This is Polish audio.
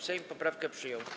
Sejm poprawkę przyjął.